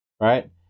right